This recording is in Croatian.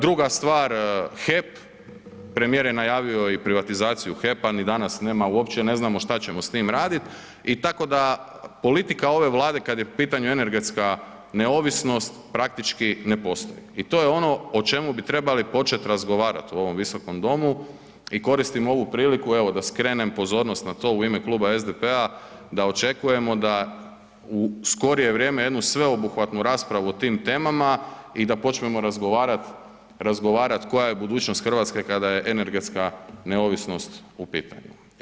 Druga stvar, HEP premijer je najavio i privatizaciju HEP-a, ni danas nema, uopće ne znamo šta ćemo s tim radit i tako da politika ove Vlade kad je pitanje energetska neovisnost praktički ne postoji i to je ono o čemu bi trebali počet razgovarat u ovom visokom domu i koristim ovu priliku evo da skrenem pozornost na to u ime Kluba SDP-a da očekujemo da u skorije vrijeme jednu sveobuhvatnu raspravu o tim temama i da počnemo razgovarati koja je budućnost Hrvatske kada je energetska neovisnost u pitanju.